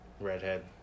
Redhead